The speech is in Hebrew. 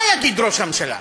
מה יגיד ראש הממשלה עכשיו?